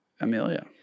Amelia